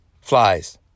flies